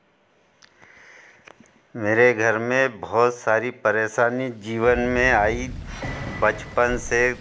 मेरे घर में बहुत सारी परेशानी जीवन में आई बचपन से